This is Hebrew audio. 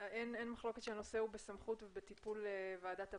אין מחלוקת שהנושא הוא בסמכות ובטיפול ועדת הפנים.